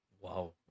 Wow